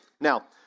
Now